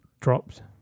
dropped